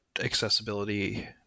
accessibility